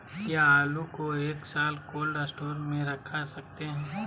क्या आलू को एक साल कोल्ड स्टोरेज में रख सकते हैं?